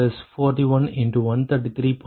33K214533K1K2 Rshr